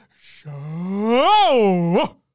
show